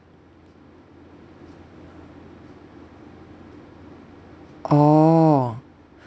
oh